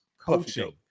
coaching